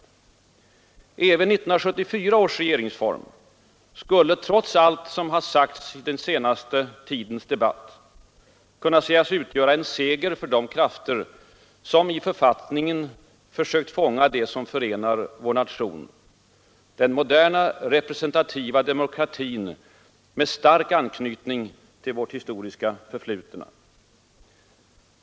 Även 1974 års regeringsform skulle — trots allt som har sagts i den senaste tidens debatt — kunna sägas utgöra en seger för de krafter som i författningen försökt fånga det som förenar vår nation: den moderna representativa demokratin med stark anknytning till vårt historiska förflutna.